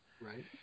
Right